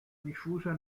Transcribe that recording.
diffusa